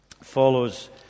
follows